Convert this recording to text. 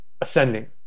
ascending